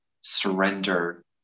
surrender